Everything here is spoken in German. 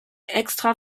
extra